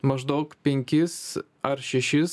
maždaug penkis ar šešis